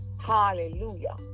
hallelujah